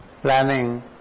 planning